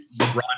LeBron